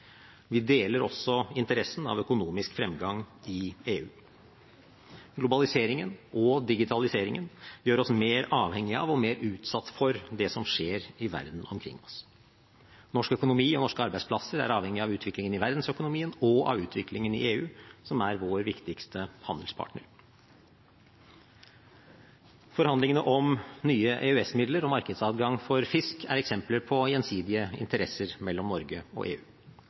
Vi deler også interessen av økonomisk fremgang i EU. Globaliseringen og digitaliseringen gjør oss mer avhengig av – og mer utsatt for – det som skjer i verden omkring oss. Norsk økonomi og norske arbeidsplasser er avhengige av utviklingen i verdensøkonomien og av utviklingen i EU, som er vår viktigste handelspartner. Forhandlingene om nye EØS-midler og markedsadgang for fisk er eksempler på gjensidige interesser mellom Norge og EU.